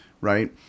right